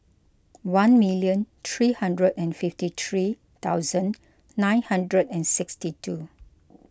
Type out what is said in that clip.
one million three hundred and fifty three thousand nine hundred and sixty two